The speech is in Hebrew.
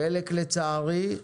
חלק לצערי,